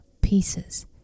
pieces